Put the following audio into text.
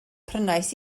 prynais